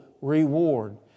reward